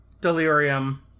Delirium